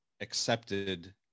accepted